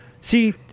See